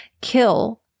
kill